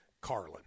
Carlin